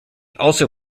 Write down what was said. also